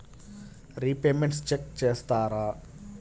Repayments check చేస్తారా?